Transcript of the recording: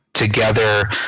Together